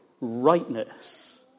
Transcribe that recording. rightness